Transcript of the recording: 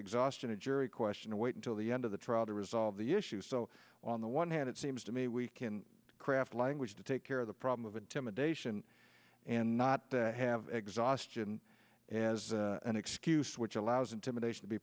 exhaustion a jury question to wait until the end of the trial to resolve the issue so on the one hand it seems to me we can craft language to take care of the problem of intimidation and not have exhaustion and as an excuse which allows intimidation to be